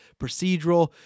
procedural